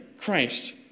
Christ